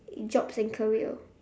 jobs and career